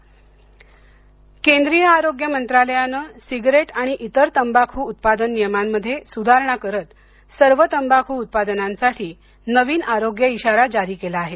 नवीन आरोग्य इशारा केंद्रीय आरोग्य मंत्रालयानं सिगारेट आणि इतर तंबाखू उत्पादन नियमांमध्ये स्धारणा करत सर्व तंबाखू उत्पादनांसाठी नवीन आरोग्य इशारा जारी करण्यात आला आहे